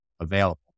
available